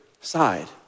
side